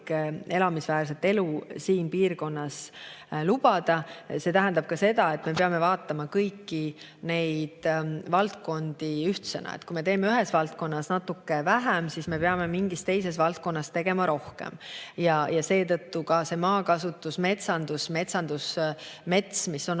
elamisväärset elu siin piirkonnas [elada]. See tähendab ka seda, et me peame vaatama kõiki neid valdkondi ühtsena. Kui me teeme ühes valdkonnas natuke vähem, siis me peame mingis teises valdkonnas tegema rohkem. Seetõttu ka maakasutus, metsandus, mets, mis on